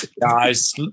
guys